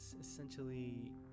essentially